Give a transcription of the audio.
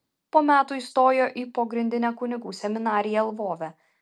po metų įstojo į pogrindinę kunigų seminariją lvove